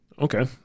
Okay